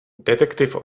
detektiv